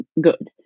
good